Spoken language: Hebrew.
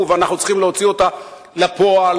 ואנחנו צריכים להוציא אותה לפועל.